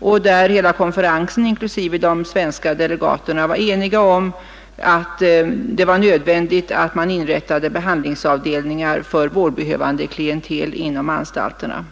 Alla på konferensen, inklusive de svenska delegaterna, var eniga om att det var nödvändigt att inrätta behandlingsavdelningar för vårdbehövande klientel inom kriminalvårdsanstalterna.